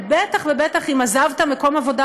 ובטח ובטח אם עזבת מקום עבודה,